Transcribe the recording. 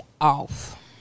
off